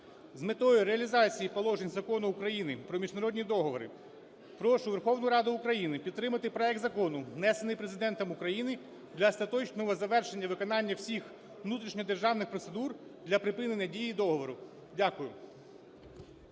З метою реалізації положень Закону України про міжнародні договори прошу Верховну Раду України підтримати проект закону, внесений Президентом України, для остаточного завершення виконання всіх внутрішньодержавних процедур для припинення дії договору. Дякую.